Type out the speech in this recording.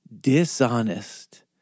dishonest